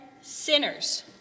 sinners